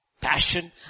passion